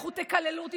לכו תקללו אותי,